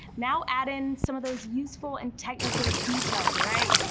now add in some of those useful and technical details. right?